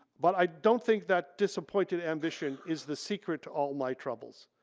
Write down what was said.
but i don't think that disappointed ambition is the secret to all my troubles.